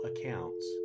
accounts